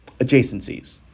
adjacencies